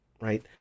right